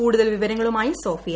കൂടുതൽ വിവരങ്ങളുമായി സോഫിയ